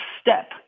step